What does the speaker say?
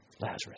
Lazarus